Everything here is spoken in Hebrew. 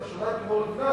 כי אתה שומע את לימור לבנת,